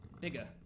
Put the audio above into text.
Bigger